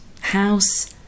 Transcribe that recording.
house